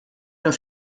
darf